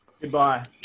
Goodbye